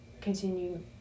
continue